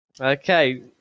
Okay